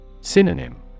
Synonym